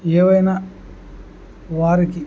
ఏవైనా వారికి